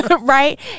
right